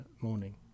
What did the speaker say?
morning